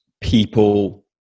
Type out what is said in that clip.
people